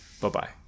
Bye-bye